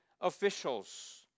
officials